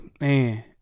man